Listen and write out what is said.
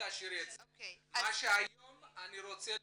היום אני רוצה לשמוע,